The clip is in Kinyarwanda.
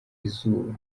izuba